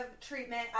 treatment